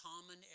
common